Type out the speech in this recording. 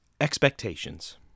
expectations